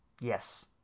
Yes